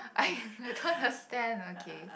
I I don't understand okay